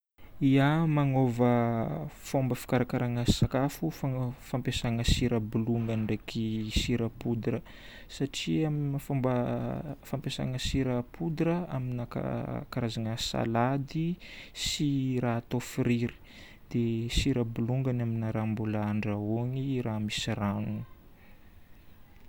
Ia. Magnova fomba fikarakaragna sakafo fampiasagna sira bolongany ndraiky sira poudre satria amina fomba fampiasagna sira poudre amina ka- karazagna salady sy raha atao friry, dia sira bolongany amina raha mbola andrahoigny, raha misy rano.